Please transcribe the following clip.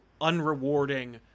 unrewarding